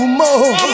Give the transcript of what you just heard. more